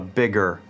bigger